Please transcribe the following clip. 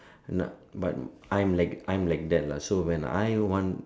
but I'm like I'm like that lah so when I want